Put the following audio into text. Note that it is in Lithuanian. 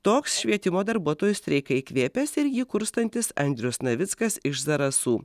toks švietimo darbuotojų streiką įkvėpęs ir jį kurstantis andrius navickas iš zarasų